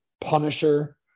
punisher